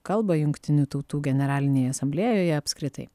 kalbą jungtinių tautų generalinėje asamblėjoje apskritai